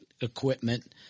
equipment